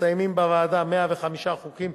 מסיימים בוועדה 105 חוקים,